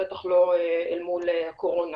בטח לא אל מול הקורונה.